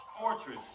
fortress